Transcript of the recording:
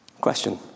Question